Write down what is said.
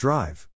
Drive